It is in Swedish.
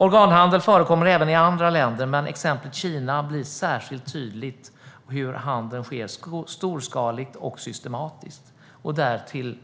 Organhandel förekommer även i andra länder, men i exemplet Kina blir det särskilt tydligt hur handeln sker storskaligt och systematiskt - och därtill